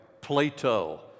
Plato